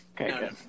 Okay